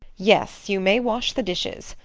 yes, you may wash the dishes.